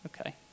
Okay